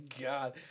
God